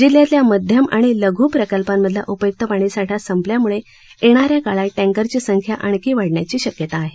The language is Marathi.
जिल्ह्यातल्या मध्यम आणि लघू प्रकल्पांमधला उपयुक्त पाणीसाठा संपल्याम्ळे येणाऱ्या काळात टँकरची संख्या आणखी वाढण्याची शक्यता आहे